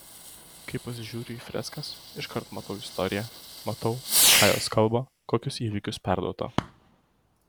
kai pasižiūriu į freskas iškart matau istoriją matau ką jos kalba kokius įvykius perduoda